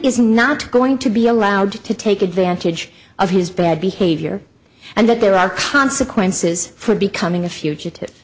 is not going to be allowed to take advantage of his bad behavior and that there are consequences for becoming a fugitive